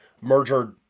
merger